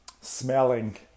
smelling